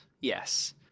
yes